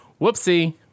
Whoopsie